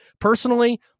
Personally